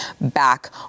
back